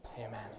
amen